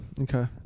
Okay